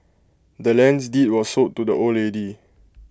the land's deed was sold to the old lady